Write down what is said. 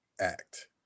act